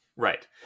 Right